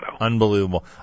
Unbelievable